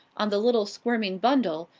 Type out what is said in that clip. on the little, squirming bundle,